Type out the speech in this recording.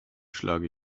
schlage